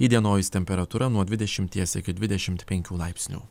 įdienojus temperatūra nuo dvidešimties iki dvidešimt penkių laipsnių